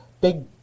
big